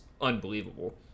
unbelievable